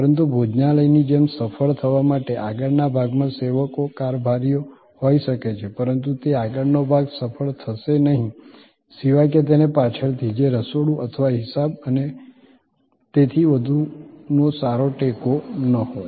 પરંતુ ભોજનાલયની જેમ સફળ થવા માટે આગળના ભાગમાં સેવકો કારભારીઓ હોઈ શકે છે પરંતુ તે આગળનો ભાગ સફળ થશે નહીં સિવાય કે તેને પાછળથી જે રસોડું અથવા હિસાબ અને તેથી વધુનો સારો ટેકો ન હોય